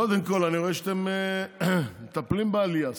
קודם כול, אני רואה שאתם מטפלים בעלייה.